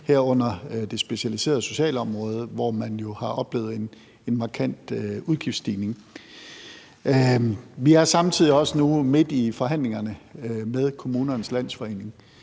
herunder det specialiserede socialområde, hvor man jo har oplevet en markant udgiftsstigning. Vi er samtidig også nu midt i forhandlingerne med KL om den fremtidige